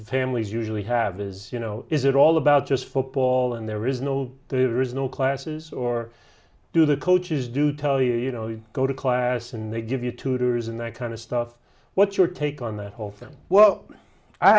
families usually have as you know is it all about just football and there is no there is no classes or do the coaches do tell you you know you go to class and they give you tutors and i try to stuff what's your take on that whole thing well i